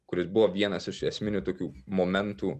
kuris buvo vienas iš esminių tokių momentų